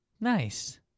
Nice